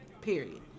Period